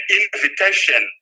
invitation